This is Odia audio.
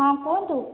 ହଁ କୁହନ୍ତୁ